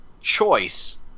choice